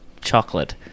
chocolate